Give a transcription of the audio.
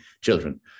children